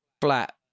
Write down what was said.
flat